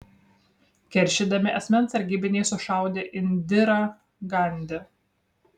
keršydami asmens sargybiniai sušaudė indirą gandi